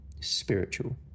spiritual